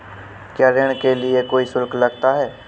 क्या ऋण के लिए कोई शुल्क लगता है?